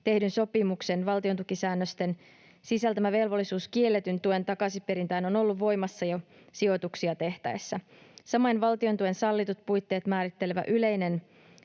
tehdyn sopimuksen valtiontukisäännösten sisältämä velvollisuus kielletyn tuen takaisinperintään on ollut voimassa jo sijoituksia tehtäessä. Samoin valtiontuen sallitut puitteet määrittelevä yleinen